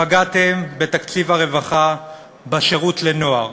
פגעתם בתקציב הרווחה בשירות לנוער,